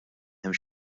hemm